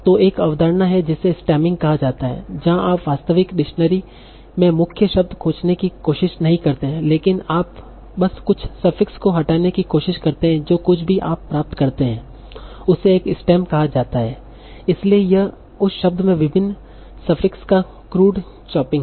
तो एक अवधारणा है जिसे स्टेमिंग कहा जाता है जहां आप वास्तविक डिक्शनरी में मुख्य शब्द खोजने की कोशिश नहीं करते हैं लेकिन आप बस कुछ सफिक्स को हटाने की कोशिश करते हैं और जो कुछ भी आप प्राप्त करते हैं उसे एक स्टेम कहा जाता है इसलिए यह उस शब्द में विभिन्न सफिक्स का क्रूड चॉपिंग है